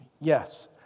Yes